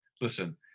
listen